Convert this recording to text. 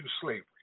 slavery